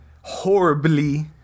horribly